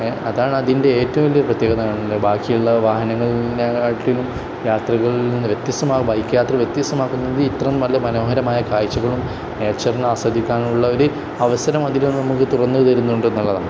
അതാണ് അതിൻ്റെ ഏറ്റവും വലിയ പ്രത്യേകത കാണുന്നത് ബാക്കിയുള്ള വാഹനങ്ങളെ കാട്ടിലും യാത്രകളിൽ നിന്ന് വ്യത്യസ്തമായി ബൈക്ക് യാത്ര വ്യത്യസ്തമാക്കുന്നത് ഇത്തരം നല്ല മനോഹരമായ കാഴ്ചകളും നേച്ചറിനെ ആസ്വദിക്കാനുള്ള ഒരു അവസരം അതിൽ നമുക്ക് തുറന്നു തരുന്നുണ്ടെന്നുള്ളതാണ്